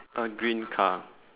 a green car